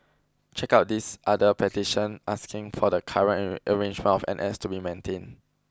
check out this other petition asking for the current arrangement of N S to be maintained